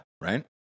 Right